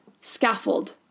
scaffold